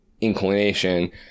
inclination